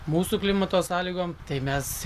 mūsų klimato sąlygom tai mes